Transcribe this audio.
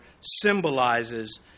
symbolizes